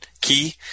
key